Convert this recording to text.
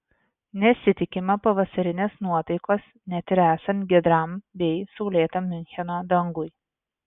nesitikima pavasarinės nuotaikos net ir esant giedram bei saulėtam miuncheno dangui